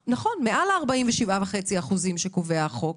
נכון, מעל ל-47.5% שקובע החוק